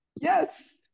Yes